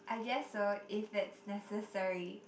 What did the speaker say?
I guess so if it's necessary